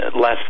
less